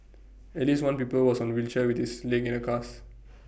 at least one pupil was on A wheelchair with this leg in A cast